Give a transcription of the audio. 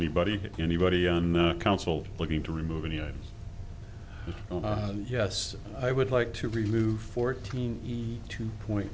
anybody anybody on the council looking to remove any items yes i would like to remove fourteen two point